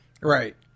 Right